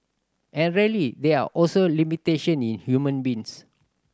and really there are also limitation in human beings